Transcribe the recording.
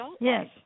Yes